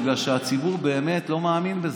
בגלל שהציבור באמת לא מאמין בזה.